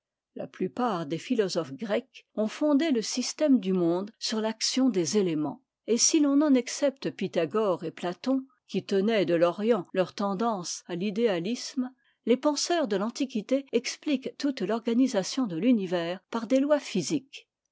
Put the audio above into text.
la plupart des philosophes grecs ont fondé le système du monde sur l'action des étéments et si t'en en excepte pythagore et platon qui tenaient de l'orient leur tendance à l'idéalisme les penseurs de l'antiquité expliquent tous l'organisation de l'univers par des lois physiques